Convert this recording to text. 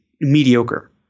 mediocre